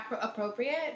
appropriate